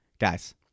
guys